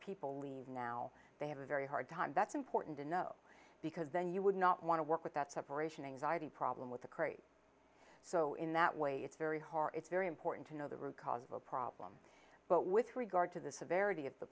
people leave now they have a very hard time that's important to know because then you would not want to work with that separation anxiety problem with a crate so in that way it's very hard it's very important to know the root cause of a problem but with regard to the severity of the